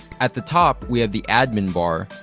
at the top, we have the admin bar,